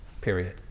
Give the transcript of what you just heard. Period